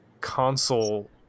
console